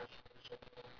ya